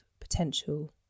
potential